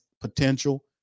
potential